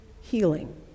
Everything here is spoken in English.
healing